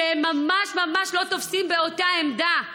שהם ממש ממש לא מחזיקים באותה עמדה.